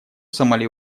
сомали